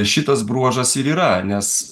šitas bruožas ir yra nes